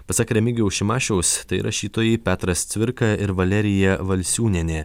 pasak remigijaus šimašiaus tai rašytojai petras cvirka ir valerija valsiūnienė